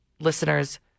listeners